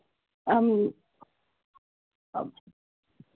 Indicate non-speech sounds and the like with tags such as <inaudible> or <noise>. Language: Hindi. <unintelligible>